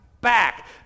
back